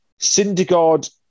Syndergaard